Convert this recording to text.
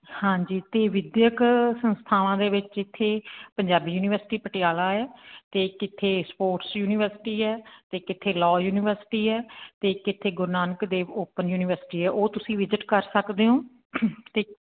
ਹਾਂਜੀ ਅਤੇ ਵਿੱਦਿਅਕ ਸੰਸਥਾਵਾਂ ਦੇ ਵਿੱਚ ਇੱਥੇ ਪੰਜਾਬੀ ਯੂਨੀਵਰਸਿਟੀ ਪਟਿਆਲਾ ਹੈ ਅਤੇ ਇੱਕ ਇੱਥੇ ਸਪੋਰਟਸ ਯੂਨੀਵਰਸਿਟੀ ਹੈ ਅਤੇ ਇੱਕ ਇੱਥੇ ਲੋਅ ਯੂਨੀਵਰਸਿਟੀ ਹੈ ਅਤੇ ਇੱਕ ਇੱਥੇ ਗੁਰੂ ਨਾਨਕ ਦੇਵ ਓਪਨ ਯੂਨੀਵਰਸਿਟੀ ਹੈ ਉਹ ਤੁਸੀਂ ਵਿਜ਼ਿਟ ਕਰ ਸਕਦੇ ਓਂ ਅਤੇ